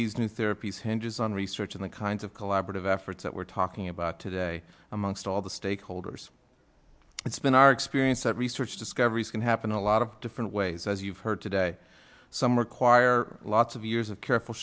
these new therapies hinges on research and the kinds of collaborative efforts that we're talking about today amongst all the stakeholders it's been our experience that research discoveries can happen a lot of different ways as you've heard today some require lots of years of careful